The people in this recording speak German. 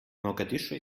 mogadischu